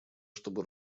чтобы